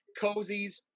cozies